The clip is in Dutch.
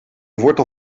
wortel